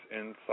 inside